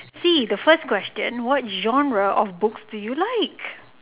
see the first question what genre of books do you like